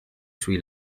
sui